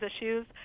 issues